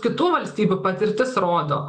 kitų valstybių patirtis rodo